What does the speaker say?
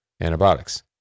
antibiotics